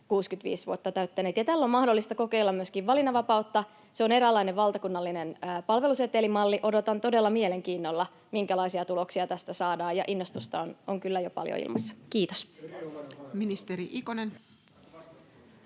yksityiseltä puolelta. Tällä on mahdollista kokeilla myöskin valinnanvapautta. Se on eräänlainen valtakunnallinen palvelusetelimalli. Odotan todella mielenkiinnolla, minkälaisia tuloksia tästä saadaan. Innostusta on kyllä jo paljon ilmassa. — Kiitos.